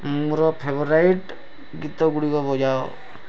ମୋର ଫେଭରାଇଟ୍ ଗୀତଗୁଡ଼ିକ ବଜାଅ